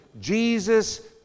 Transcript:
Jesus